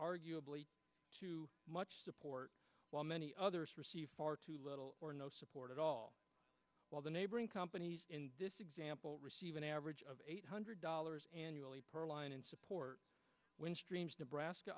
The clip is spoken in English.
arguably too much support while many others far too little or no support at all while the neighboring companies in this example receive an average of eight hundred dollars annually per line in support windstream nebraska